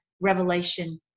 Revelation